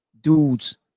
dudes